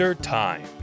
Time